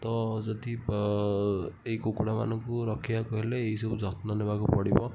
ତ ଯଦି ଏଇ କୁକୁଡ଼ାମାନଙ୍କୁ ରଖିବାକୁ ହେଲେ ଏଇସବୁ ଯତ୍ନ ନେବାକୁ ପଡ଼ିବ